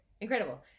incredible